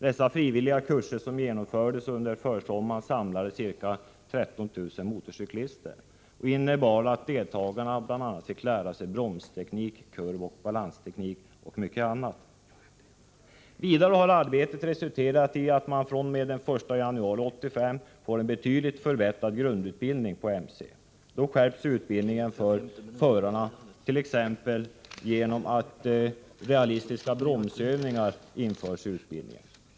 De frivilliga kurser som genomfördes under försommaren samlade ca 13 000 motorcyklister och innebar att deltagarna fick lära sig bromsteknik, kurvoch balansteknik och mycket annat. Vidare har arbetet resulterat i att grundutbildningen för motorcykelförare fr.o.m. den 1 januari 1985 betydligt förbättras. Då effektiviseras utbildningen för mc-förare, bl.a. genom att realistiska bromsövningar införs.